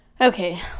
okay